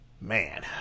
man